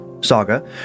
saga